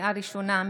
לקריאה ראשונה,